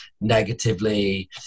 negatively